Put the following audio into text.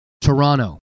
Toronto